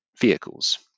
vehicles